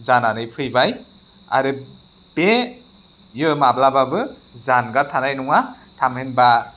जानानै फैबाय आरो बेयो माब्लाबाबो जानगार थानाय नङा थामहिनबा